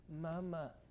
Mama